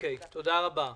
תודה רבה.